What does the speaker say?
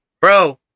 bro